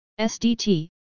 SDT